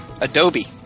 Adobe